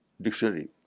dictionary